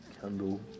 candle